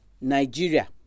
Nigeria